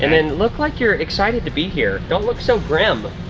and then look like you're excited to be here. don't look so grim.